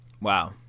wow